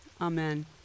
Amen